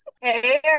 hey